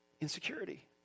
Insecurity